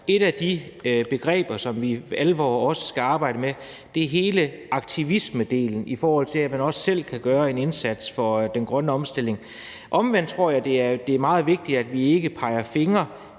et af de begreber, som vi for alvor også skal arbejde med, er hele aktivismedelen, i forhold til at man også selv kan gøre en indsats for den grønne omstilling. Omvendt tror jeg, det er meget vigtigt, at vi ikke peger fingre,